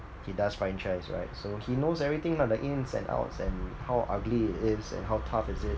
he does franchise right so he knows everything lah the ins and outs and how ugly it is and how tough is it